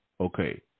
Okay